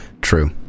True